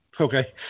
Okay